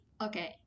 Okay